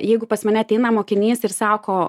jeigu pas mane ateina mokinys ir sako